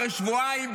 אחרי שבועיים,